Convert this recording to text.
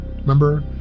Remember